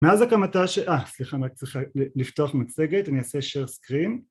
מאז הקמתה, סליחה צריך לפתוח מצגת אני אעשה share screen